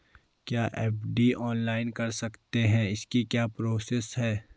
क्या FD online कर सकते हैं इसकी क्या प्रोसेस है?